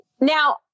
Now